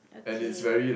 okay